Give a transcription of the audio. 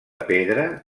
pedra